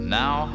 now